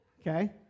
Okay